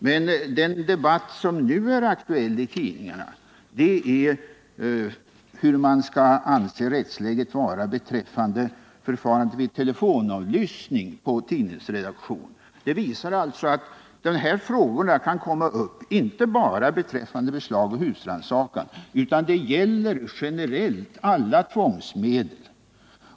Men den debatt som nu är aktuell i tidningarna rör hur man skall anse rättsläget vara beträffande förfarandet vid telefonavlyssning på tidningsredaktion. Det visar att den här frågan kan komma upp inte bara beträffande beslag och husrannsakan, utan den gäller generellt alla tvångsmedel.